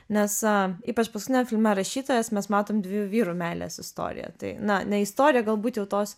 nes ypač paskutinio filmo rašytojas mes matom dviejų vyrų meilės istoriją tai na ne istoriją galbūt jau tos